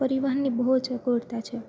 પરિવહનની બહુ જ અગવડતા છે